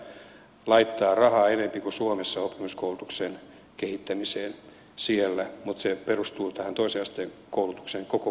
työnantaja laittaa siellä rahaa enemmän kuin suomessa oppisopimuskoulutuksen kehittämiseen mutta se perustuu tähän toisen asteen koulutuksen koko kuvaan